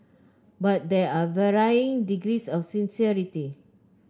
but there are varying degrees of sincerity